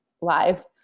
live